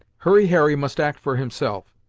hurry harry must act for himself,